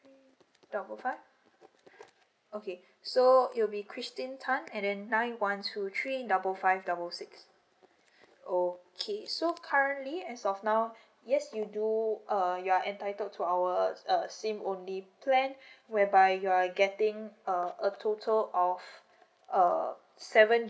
double five okay so it'll be christine tan and then nine one two three double five the whole six okay so currently as of now yes you do uh you are entitled to our uh SIM only plan whereby you are getting uh a total of uh seven